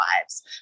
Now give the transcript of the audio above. lives